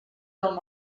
del